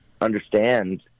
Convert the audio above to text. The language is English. understand